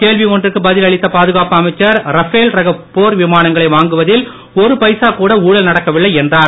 கேள்வி ஒன்றுக்கு பதில் அளித்த பாதுகாப்பு அமைச்சர் ரபேல் ரக போர் விமானங்களை வாங்குவதில் ஒரு பைசா கூட ஊழல் நடக்கவில்லை என்றார்